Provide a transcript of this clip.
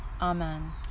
Amen